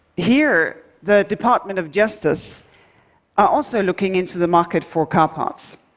here, the department of justice are also looking into the market for car parts,